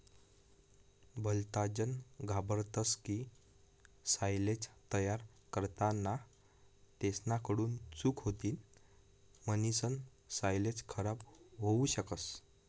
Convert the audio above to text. भलताजन घाबरतस की सायलेज तयार करताना तेसना कडून चूक होतीन म्हणीसन सायलेज खराब होवू शकस